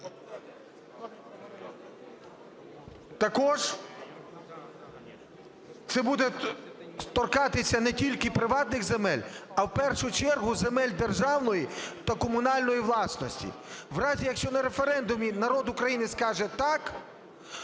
Також це буде торкатися не тільки приватних земель, а в першу чергу земель державної та комунальної власності. В разі, якщо на референдумі народ України скаже, так,